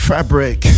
Fabric